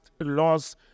laws